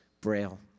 Braille